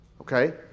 Okay